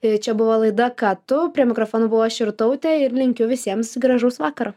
jei čia buvo laida ką tu prie mikrofono buvo aš irtautė ir linkiu visiems gražaus vakaro